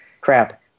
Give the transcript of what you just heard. crap